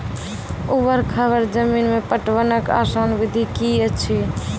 ऊवर खाबड़ जमीन मे पटवनक आसान विधि की ऐछि?